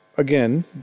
Again